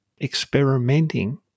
experimenting